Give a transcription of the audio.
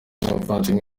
nk’abavandimwe